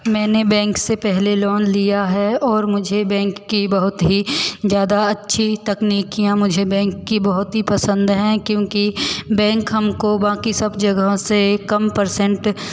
मैंने बैंक से पहले लोन लिया है और मुझे बैंक की बहुत ही अच्छी ही ज़्यादा अच्छी तकनीकियाँ मुझे बैंक की बहुत ही पसंद है क्योंकि बैंक हमको बाकी सब जगह से कम परसेंट